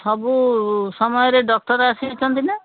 ସବୁ ସମୟରେ ଡକ୍ଟର ଆସୁଛନ୍ତି ନା